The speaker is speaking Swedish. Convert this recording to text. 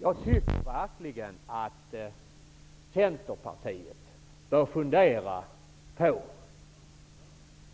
Jag tycker verkligen att centerpartisterna bör fundera på